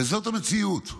וזאת המציאות.